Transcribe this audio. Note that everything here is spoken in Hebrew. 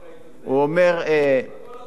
הכול לקחו המסתננים.